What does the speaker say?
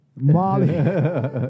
Molly